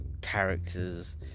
characters